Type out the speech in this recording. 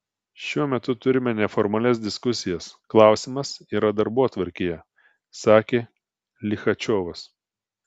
šiuo metu turime neformalias diskusijas klausimas yra darbotvarkėje sakė lichačiovas